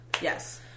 Yes